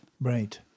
Right